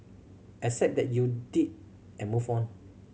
accept that you did and move on